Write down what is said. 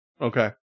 Okay